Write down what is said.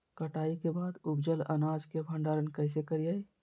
कटाई के बाद उपजल अनाज के भंडारण कइसे करियई?